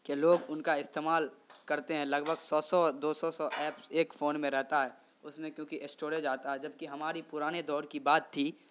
کہ لوگ ان کا استعمال کرتے ہیں لگ بھگ سو سو دو سو سو ایپس ایک فون میں رہتا ہے اس میں کیونکہ اسٹوریج آتا ہے جبکہ ہماری پرانے دور کی بات تھی